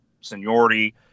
seniority